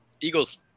Eagles